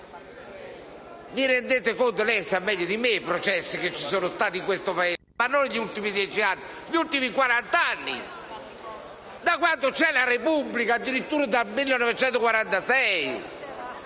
di corruzione! Lei sa meglio di me quanti processi ci sono stati in questo Paese, ma non negli ultimi dieci anni: negli ultimi quarant'anni, da quando c'è la Repubblica, addirittura dal 1946.